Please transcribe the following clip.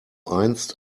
einst